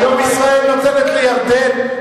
הרי היום ישראל נותנת לירדן,